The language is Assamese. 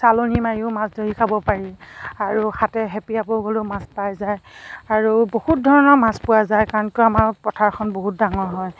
চালনি মাৰিও মাছ ধৰি খাব পাৰি আৰু হাতে খেপিয়াব গ'লেও মাছ পাই যায় আৰু বহুত ধৰণৰ মাছ পোৱা যায় কাৰণ কিয় আমাৰ পথাৰখন বহুত ডাঙৰ হয়